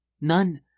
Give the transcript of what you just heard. None